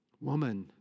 Woman